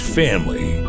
family